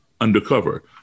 undercover